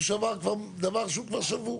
הוא שבר דבר שהוא כבר שבור.